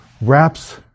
wraps